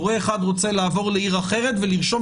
הורה אחד רוצה לעבור לעיר אחרת ולרשום